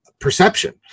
perception